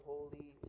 Holy